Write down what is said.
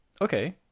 Okay